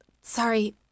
Sorry